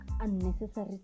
unnecessary